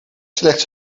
slechts